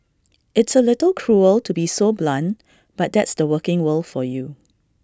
it's A little cruel to be so blunt but that's the working world for you